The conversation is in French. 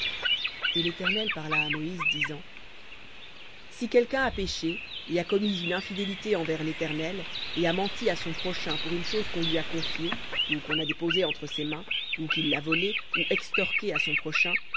et l'éternel parla à moïse disant si quelqu'un a péché et a commis une infidélité envers l'éternel et a menti à son prochain pour une chose qu'on lui a confiée ou qu'on a déposée entre ses mains ou qu'il a volée ou extorquée à son prochain